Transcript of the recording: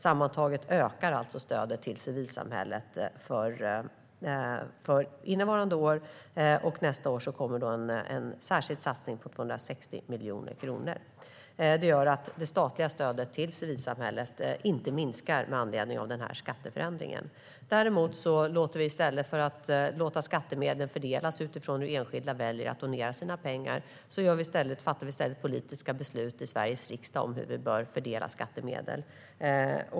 Sammantaget ökar alltså stödet till civilsamhället för innevarande år, och nästa år kommer en särskild satsning med 260 miljoner kronor. Detta gör att det statliga stödet till civilsamhället inte minskar med anledning av skatteförändringen. I stället för att låta skattemedlen fördelas utifrån hur enskilda väljer att donera sina pengar väljer vi dock att fatta politiska beslut i Sveriges riksdag om hur vi ska fördela skattemedel.